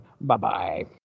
Bye-bye